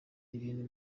ibintu